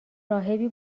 راهبی